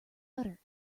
udder